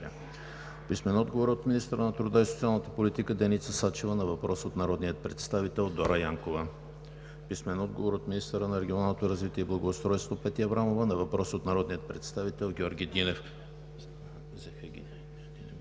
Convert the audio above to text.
Йорданов; - министъра на труда и социалната политика Деница Сачева на въпрос от народния представител Дора Янкова; - министъра на регионалното развитие и благоустройството Петя Аврамова на въпрос от народния представител Георги Динев;